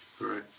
right